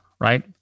right